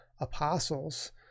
apostles